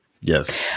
Yes